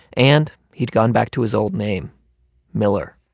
and he'd gone back to his old name miller